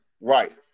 Right